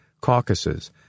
caucuses